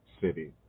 city